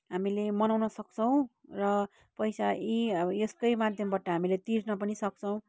हामीले मनाउनसक्छौँ र पैसा यी अब यसकै माध्यमबाट हामीले तिर्न पनि सक्छौँ